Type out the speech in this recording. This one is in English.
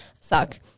suck